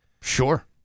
Sure